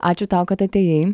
ačiū tau kad atėjai